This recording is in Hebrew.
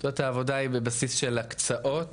צורת העבודה היא בבסיס של הקצאות.